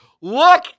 Look